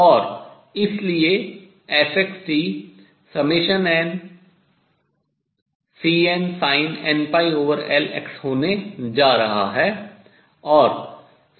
और इसलिए fxt nCnsin nπLx होने जा रहा है